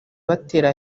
batera